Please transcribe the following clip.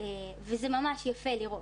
וזה ממש יפה לראות.